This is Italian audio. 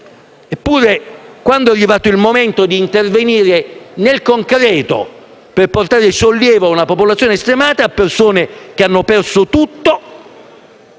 Eppure, quando è arrivato il momento di intervenire nel concreto per portare sollievo a una popolazione stremata, a persone che hanno perso tutto,